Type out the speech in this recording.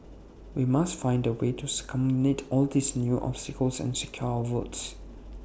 we must find A way to circumvent all these new obstacles and secure our votes